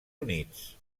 units